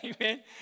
amen